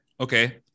okay